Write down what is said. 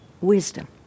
wisdom